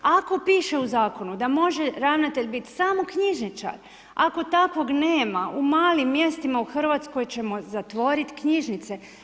Ako piše u zakonu da može ravnatelj bit samo knjižničar, ako takvog nema u malim mjestima u Hrvatskoj ćemo zatvoriti knjižnice.